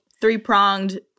Three-pronged